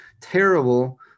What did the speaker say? terrible